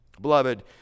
beloved